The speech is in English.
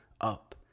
up